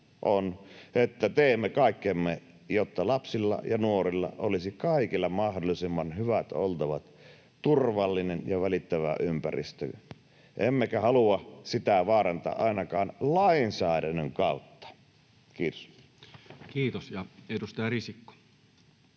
on, että teemme kaikkemme, jotta lapsilla ja nuorilla olisi kaikilla mahdollisimman hyvät oltavat, turvallinen ja välittävä ympäristö, emmekä halua sitä vaarantaa ainakaan lainsäädännön kautta. — Kiitos. Kiitos. — Edustaja Risikko.